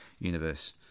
universe